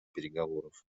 переговоров